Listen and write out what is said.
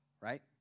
right